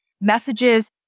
messages